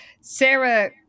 Sarah